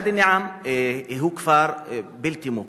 ואדי-אל-נעם הוא כפר בלתי מוכר,